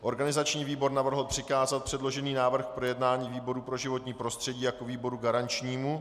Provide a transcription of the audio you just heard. Organizační výbor navrhl přikázat předložený návrh k projednání výboru pro životní prostředí jako výboru garančnímu.